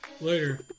Later